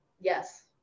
Yes